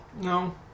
No